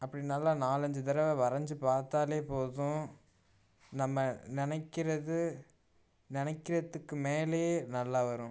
அப்படி நல்லா நாலஞ்சி தடவை வரைஞ்சி பார்த்தாலே போதும் நம்ம நினைக்கிறது நினைக்கிறதுக்கு மேலேயே நல்லா வரும்